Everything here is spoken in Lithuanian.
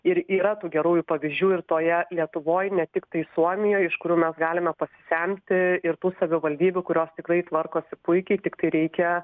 ir yra tų gerųjų pavyzdžių ir toje lietuvoj ne tiktai suomijoj iš kurių mes galime pasisemti ir tų savivaldybių kurios tikrai tvarkosi puikiai tiktai reikia